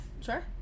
sure